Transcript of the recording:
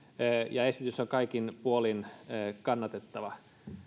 ja esitys on kaikin puolin kannatettava